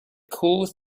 cools